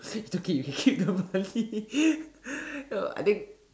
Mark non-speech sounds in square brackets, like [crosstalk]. it's okay you can keep the money [laughs] so I think